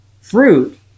fruit